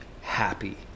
happy